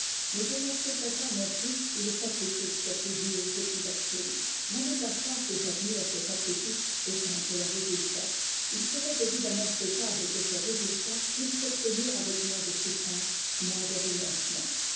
mais on n'en trouverait pas non plus où les sacrifices soient plus durs et plus absolus n'allez pas croire que j'admire ces sacrifices autant que leurs résultats il serait évidemment souhaitable que ces résultats pussent s'obtenir avec moins de souffrance moins de renoncements